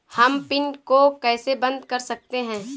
हम पिन को कैसे बंद कर सकते हैं?